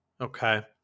Okay